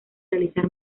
realizar